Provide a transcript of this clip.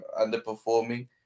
underperforming